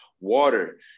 water